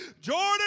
Jordan